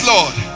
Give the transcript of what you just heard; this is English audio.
Lord